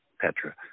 Petra